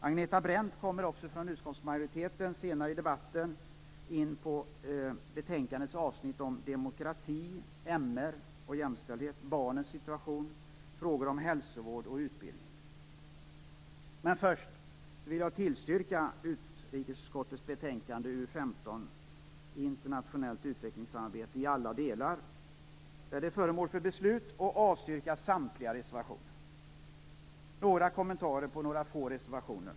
Agneta Brendt från utskottsmajoriteten kommer senare i debatten in på betänkandets avsnitt om demokrati, MR, jämställdhet och barnens situation samt på frågor om hälsovård och utbildning. Innan jag kommer in på det yrkar jag bifall till hemställan i utrikesutskottets betänkande UU15, Internationellt utvecklingssamarbete, i alla delar som är föremål för beslut. Vidare yrkar jag avslag på samtliga reservationer. Först vill jag göra några kommentarer till några få reservationer.